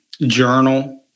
journal